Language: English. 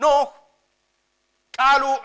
no i don't